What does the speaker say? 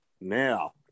Now